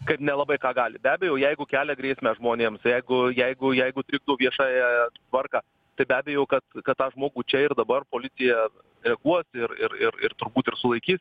kad nelabai ką gali be abejo jeigu kelia grėsmę žmonėm jeigu jeigu jeigu trikdo viešąją tvarką tai be abejo kad kad tą žmogų čia ir dabar policija reaguos ir ir ir ir turbūt ir sulaikys